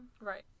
right